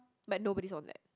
make nobody's of that